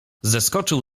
zeskoczył